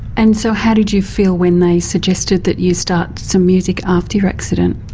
and so how did you feel when they suggested that you start some music after your accident?